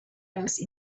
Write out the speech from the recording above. else